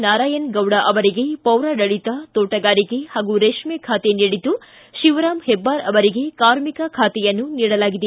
ನಾರಾಯಣ ಗೌಡ ಅವರಿಗೆ ಪೌರಾಡಳಿತ ತೋಟಗಾರಿಕೆ ಹಾಗೂ ರೇಷ್ಮೆ ಖಾತೆ ನೀಡಿದ್ದು ಶಿವರಾಮ ಹೆಬ್ಲಾರ್ ಅವರಿಗೆ ಕಾರ್ಮಿಕ ಖಾತೆಯನ್ನು ನೀಡಲಾಗಿದೆ